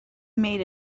made